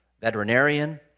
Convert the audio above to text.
veterinarian